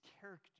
character